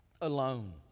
alone